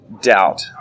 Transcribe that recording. doubt